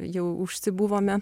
jau užsibuvome